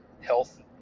health